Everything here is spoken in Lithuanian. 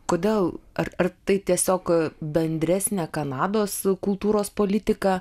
kodėl ar ar tai tiesiog bendresnę kanados kultūros politiką